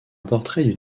portrait